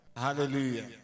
hallelujah